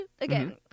again